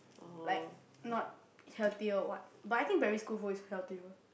like not healthier what but I think primary school food is healthier